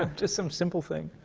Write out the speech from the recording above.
ah just some simple thing.